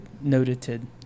noted